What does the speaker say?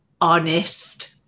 honest